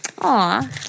Aw